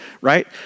right